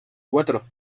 cuatro